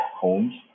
homes